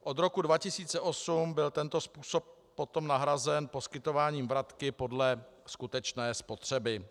Od roku 2008 byl tento způsob nahrazen poskytováním vratky podle skutečné spotřeby.